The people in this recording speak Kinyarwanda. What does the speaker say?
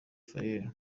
faye